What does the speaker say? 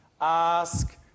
ask